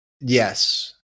Yes